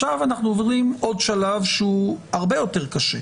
עכשיו אנחנו עוברים עוד שלב שהוא הרבה יותר קשה.